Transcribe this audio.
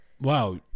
Wow